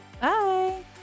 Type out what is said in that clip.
bye